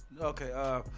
okay